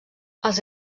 els